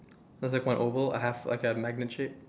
there's like one oval I have like a magnet shape